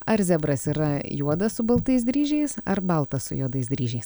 ar zebras yra juodas su baltais dryžiais ar baltas su juodais dryžiais